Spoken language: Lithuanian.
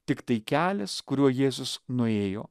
tiktai kelias kuriuo jėzus nuėjo